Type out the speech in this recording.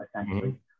essentially